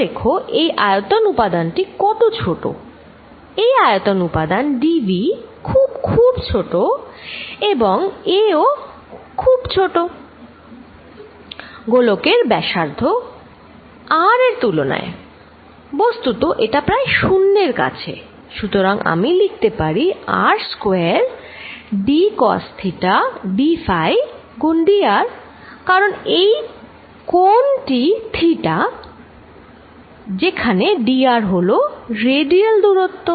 মনে রাখো এই আয়তন উপাদানটি কত ছোট এই আয়তন উপাদান dv খুব খুব ছোট এবং a ও খুব ছোট গোলকের ব্যাসার্ধ R এর তুলনায় বস্তুত এটা প্রায় শূন্য এর কাছে সুতরাং আমি লিখতে পারি R square d cos theta d phi গুন dr কারণ এই কোনটি theta যেখানে dr হলো রেডিয়াল দূরত্ব